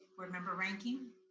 board member reinking.